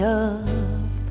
up